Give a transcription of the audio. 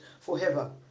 forever